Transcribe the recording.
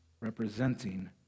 representing